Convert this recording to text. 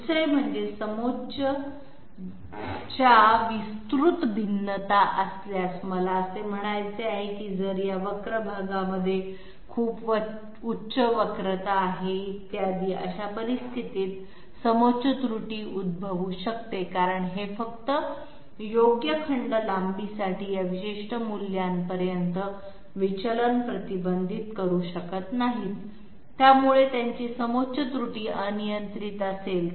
दुसरे म्हणजे समोच्च च्या विस्तृत भिन्नता असल्यास मला असे म्हणायचे आहे की जर या कर्वीलिनीअर भागामध्ये खूप उच्च वक्रता आहेत इत्यादी अशा परिस्थितीत समोच्च त्रुटी उद्भवू शकते कारण हे फक्त योग्य खंड लांबीसाठी या विशिष्ट मूल्यापर्यंत विचलन प्रतिबंधित करू शकत नाही त्यामुळे त्यांची समोच्च त्रुटी अनियंत्रित असेल